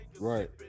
Right